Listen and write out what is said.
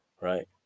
right